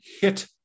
hit